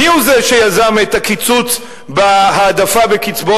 מי הוא זה שיזם את הקיצוץ בהעדפה בקצבאות